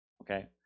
okay